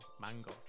mango